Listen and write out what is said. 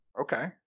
okay